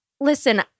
Listen